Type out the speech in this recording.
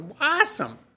awesome